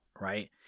right